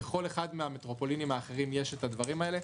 בכל אחד מהמטרופולינים האחרים יש את הדברים האלה,